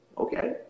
Okay